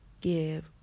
give